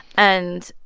and,